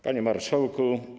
Panie Marszałku!